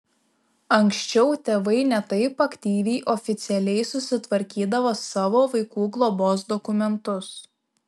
anksčiau tėvai ne taip aktyviai oficialiai susitvarkydavo savo vaikų globos dokumentus